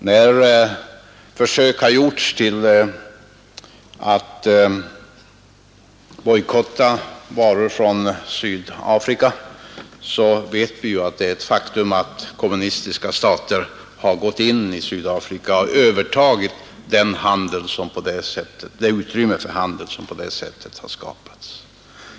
När försök har gjorts att bojkotta varor från Sydafrika, vet vi ju att kommunistiska stater gått in i Sydafrika och övertagit det utrymme för handel som på det sättet skapats.